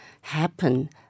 happen